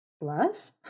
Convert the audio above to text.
plus